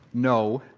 no,